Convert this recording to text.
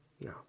No